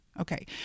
Okay